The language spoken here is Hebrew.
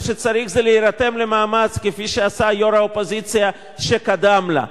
מה שצריך זה להירתם למאמץ כפי שעשה יושב-ראש האופוזיציה שקדם לה.